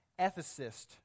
ethicist